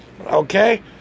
Okay